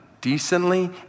decently